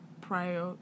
prior